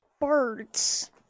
Birds